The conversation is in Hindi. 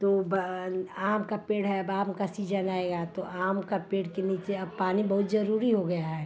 तो आम का पेड़ है अब आम का सीजन आएगा तो आम का पेड़ के नीचे अब पानी बहुत जरूरी हो गया है